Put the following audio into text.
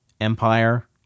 Empire